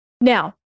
Now